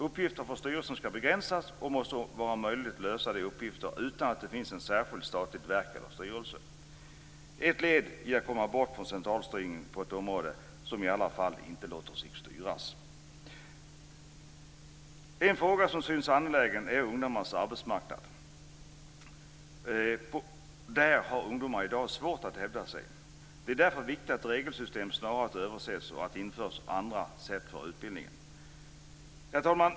Uppgifter för styrelsen ska begränsas, och det måste vara möjligt att lösa dessa uppgifter utan att det finns ett särskilt statligt verk eller en särskild styrelse. Detta är ett led i att komma bort från centralstyrning på ett område som i alla fall inte låter sig styras. En fråga som är angelägen gäller ungdomarnas arbetsmarknad. De unga har svårt att hävda sig på arbetsmarknaden. Det är därför viktigt att regelsystem snarast ses över och att det införs andra sätt för utbildning. Herr talman!